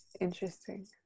interesting